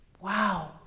Wow